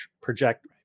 project